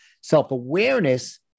Self-awareness